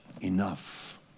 enough